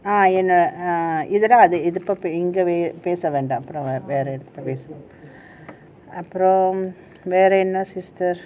ah இதுதான் அது இத பத்தி இங்க அத பேச வேண்டாம்:ithuthaan athu utha pathi inga atha pesa vendaam ah அப்புறம் வேற என்ன:apram vera enna sister